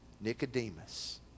Nicodemus